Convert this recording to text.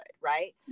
Right